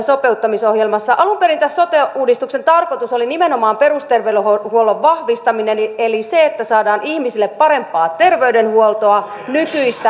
alun perin tämän sote uudistuksen tarkoitus oli nimenomaan perusterveydenhuollon vahvistaminen eli se että saadaan ihmisille parempaa terveydenhuoltoa nykyistä nopeammin